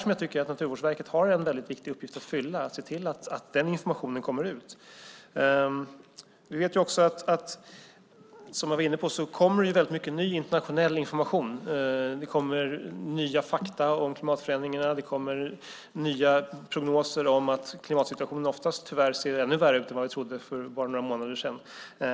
Jag tycker att Naturvårdsverket har en viktig uppgift att fylla för att se till att den informationen kommer ut. Det kommer väldigt mycket ny internationell information. Det kommer nya fakta om klimatförändringarna. Det kommer nya prognoser om att klimatsituationen tyvärr oftast ser ännu värre ut än vad vi trodde för bara några månader sedan.